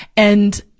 and,